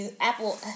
apple